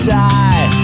die